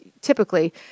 typically